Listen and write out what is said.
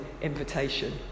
invitation